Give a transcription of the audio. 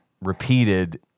repeated